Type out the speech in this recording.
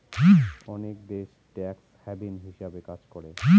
অনেক দেশ tax haven হিসাবে কাজ করে